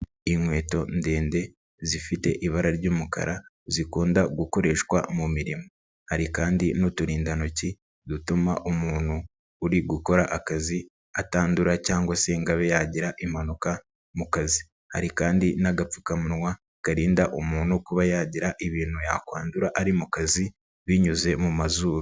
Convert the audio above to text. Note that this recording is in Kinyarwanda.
Inkweto ndende zifite ibara ry'umukara zikunda gukoreshwa mu mirimo, hari kandi n'uturindantoki dutuma umuntu uri gukora akazi atandura cyangwa se ngo abe yagira impanuka mu kazi, hari kandi n'agapfukamunwa karinda umuntu kuba yagira ibintu yakwandura ari mu kazi binyuze mu mazuru.